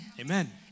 amen